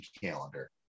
calendar